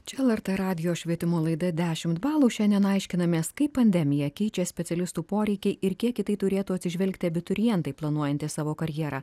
čia lrt radijo švietimo laida dešimt balų šiandien aiškinamės kaip pandemija keičia specialistų poreikį ir kiek į tai turėtų atsižvelgti abiturientai planuojantys savo karjerą